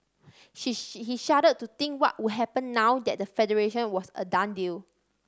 he he shuddered to think what would happen now that the Federation was a done deal